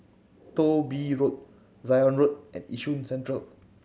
Thong Bee Road Zion Road and Yishun Central